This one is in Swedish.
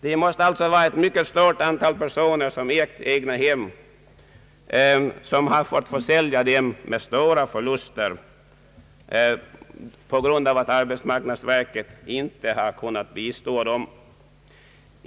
Det måste alltså vara ett mycket stort antal personer som ägt egnahem och som fått försälja dem med stora förluster på grund av att arbetsmarknadsverket inte har kunnat lämna bidrag.